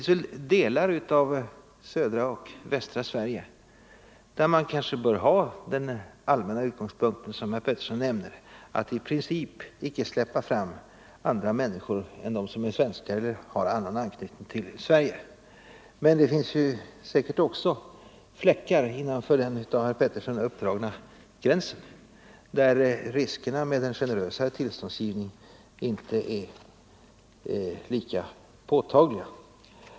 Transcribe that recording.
Det finns delar i södra och västra Sverige där man kanske bör ha den allmänna utgångspunkten — som herr Pettersson nämnde -— att i princip inte släppa fram andra människor än dem som är svenskar eller har annan anknytning till Sverige. Men det finns säkert fläckar innanför den av herr Pettersson uppdragna gränsen där riskerna med en generösare tillståndsgivning inte är lika påtagliga.